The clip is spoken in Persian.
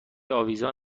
آویزان